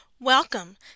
Welcome